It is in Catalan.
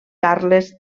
carles